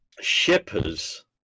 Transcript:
Shippers